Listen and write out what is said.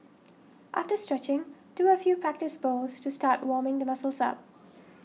after stretching do a few practice bowls to start warming the muscles up